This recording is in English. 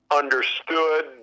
understood